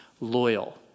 Loyal